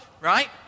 right